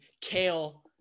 Kale